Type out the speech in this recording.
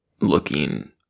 looking